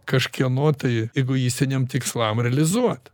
kažkieno tai egoistiniam tikslam realizuot